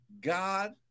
God